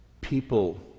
people